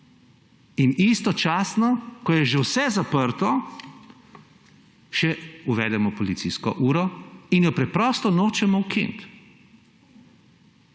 in istočasno, ko je že vse zaprto, uvedemo še policijsko uro in je preprosto nočemo ukiniti.